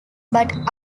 but